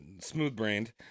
smooth-brained